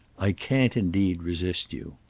i can't indeed resist you.